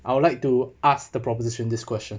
I would like to ask the proposition this question